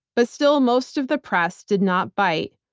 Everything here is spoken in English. but still most of the press did not bite,